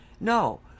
No